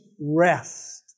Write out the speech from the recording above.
rest